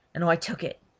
and i took it.